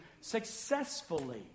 successfully